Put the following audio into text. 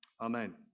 amen